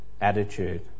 attitude